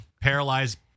paralyzed